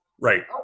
right